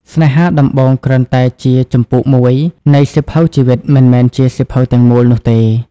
ស្នេហាដំបូងគ្រាន់តែជា "ជំពូកមួយ" នៃសៀវភៅជីវិត មិនមែនជា "សៀវភៅទាំងមូល" នោះទេ។